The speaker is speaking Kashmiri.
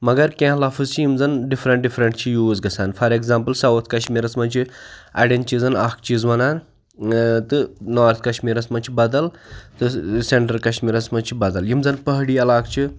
مگر کیٚنٛہہ لفظ چھِ یِم زَن ڈِفریٚنٛٹ ڈِفریٚنٛٹ چھِ یوٗز گژھان فار ایٚگزامپٕل ساوُتھ کَشمیٖرَس منٛز چھِ اَڑیٚن چیٖزَن اَکھ چیٖز وَنان ٲں تہٕ نارٕتھ کَشمیٖرَس منٛز چھِ بَدَل تہٕ سیٚنٹَر کَشمیٖرَس منٛز چھِ بَدَل یِم زَن پہٲڑی علاقہٕ چھِ